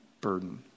burden